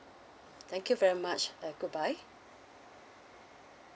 thank you very much uh goodbye